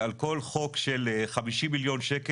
על כל חוק של 50 מיליון שקל,